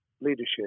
leadership